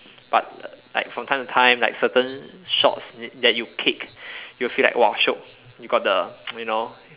but like from time to time like certain shots that you kick you feel like !wah! shiok you got the you know